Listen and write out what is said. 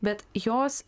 bet jos